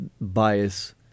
bias